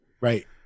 right